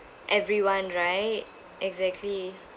everyone right exactly